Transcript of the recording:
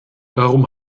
warum